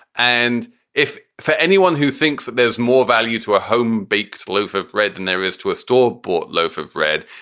and if for anyone who thinks that there's more value to a home baked loaf of bread than there is to a store bought loaf of bread,